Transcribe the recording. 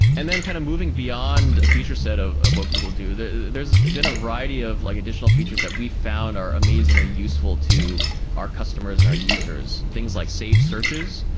and then kind of moving beyond a feature set of of what google do, there's been a variety of like additional features that we found are amazingly useful to our customers and our users, things like save searches.